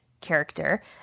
character